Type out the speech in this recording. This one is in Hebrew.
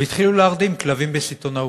והתחילו להרדים כלבים בסיטונאות.